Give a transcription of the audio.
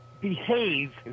behave